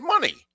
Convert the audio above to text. money